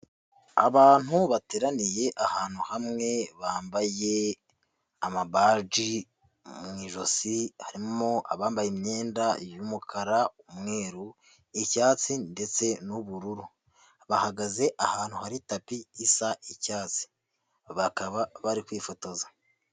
Abantu bateraniye ahantu hamwe, bambaye amabaji mu ijosi, harimo abambaye imyenda y'umukara, Umweru, icyatsi ndetse n'ubururu, bahagaze ahantu hari tapi isa icyatsi, bakaba bari kwifotoza.